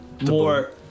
More